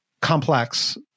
complex